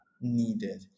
needed